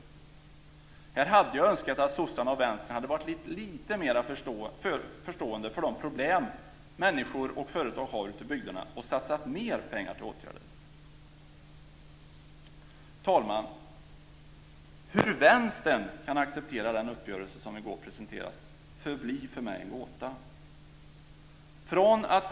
På den här punkten hade jag önskat att sossarna och Vänstern hade varit lite mera förstående för de problem människor och företag har ute i bygderna och satsat mer pengar på åtgärder. Herr talman! Hur Vänstern kan acceptera den uppgörelse som i går presenterades förblir för mig en gåta.